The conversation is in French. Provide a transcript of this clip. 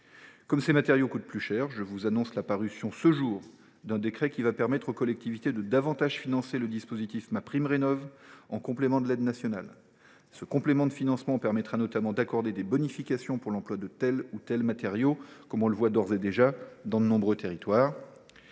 Comme ces matériaux coûtent plus cher, je vous annonce la parution, ce jour, d’un décret qui permettra aux collectivités de davantage financer le dispositif MaPrimeRénov’, en plus de l’aide nationale. Ce complément financera, notamment, des bonifications pour l’emploi de matériaux spécifiques, comme on le constate d’ores et déjà dans de nombreux territoires.